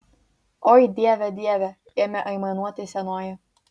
oi dieve dieve ėmė aimanuoti senoji